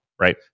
Right